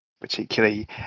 Particularly